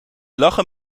lachen